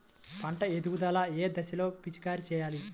పంట ఎదుగుదల ఏ దశలో పిచికారీ చేయాలి?